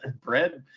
bread